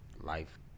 life